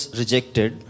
rejected